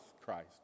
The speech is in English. Christ